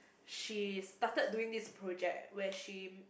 she started doing this project where she